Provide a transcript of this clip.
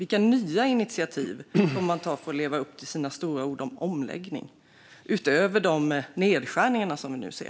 Vilka nya initiativ ska man ta för att leva upp till sina stora ord om omläggning, utöver de nedskärningar som vi nu ser?